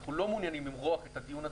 שאנחנו לא מעוניינים למרוח את הדיון הזה,